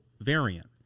variant